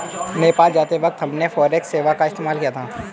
नेपाल जाते वक्त हमने फॉरेक्स सेवा का इस्तेमाल किया था